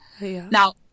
now